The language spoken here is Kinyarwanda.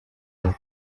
urugo